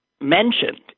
mentioned